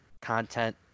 content